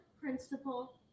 principal